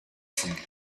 thing